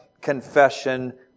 confession